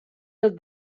dels